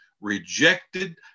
rejected